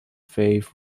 phase